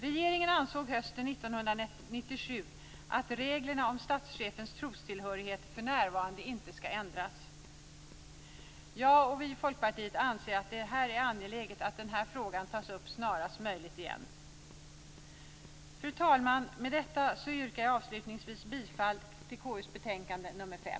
Regeringen ansåg hösten 1997 att reglerna om statschefens trostillhörighet för närvarande inte skall ändras. Vi i Folkpartiet anser att det är angeläget att den här frågan tas upp snarast möjligt igen. Fru talman! Med detta yrkar jag av1slutningsvis bifall till hemställan i KU:s betänkande nr 5.